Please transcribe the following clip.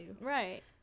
Right